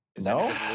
No